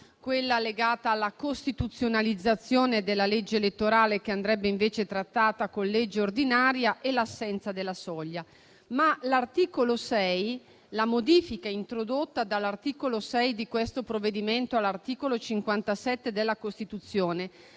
quella legata alla costituzionalizzazione della legge elettorale che andrebbe invece trattata con legge ordinaria e l'assenza della soglia. La modifica introdotta con l'articolo 6 di questo provvedimento all'articolo 57 della Costituzione